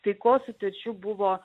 taikos sutarčių buvo